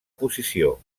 posició